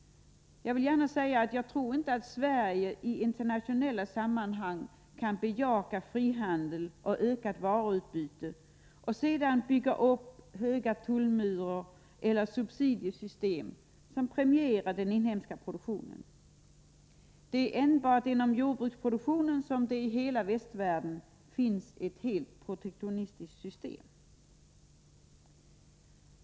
Jag vill gärna säga att jag inte tror att Sverige i internationella sammanhang kan bejaka frihandel och ökat varuutbyte och sedan bygga upp höga tullmurar eller subsidiesystem som premierar den inhemska produktionen. Det är enbart inom jordbruksproduktionen som det i hela västvärlden finns ett protektionistiskt system.